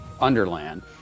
underland